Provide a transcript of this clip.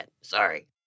Sorry